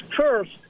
first